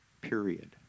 period